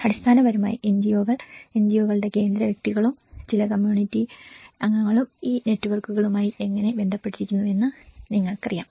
അടിസ്ഥാനപരമായി എൻജിഒകൾ എൻജിഒകളുടെ കേന്ദ്ര വ്യക്തികളും ചില കമ്മ്യൂണിറ്റി അംഗങ്ങളും ഈ നെറ്റ്വർക്കുകളുമായി എങ്ങനെ ബന്ധപ്പെട്ടിരിക്കുന്നുവെന്ന് നിങ്ങൾക്കറിയാം